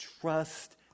Trust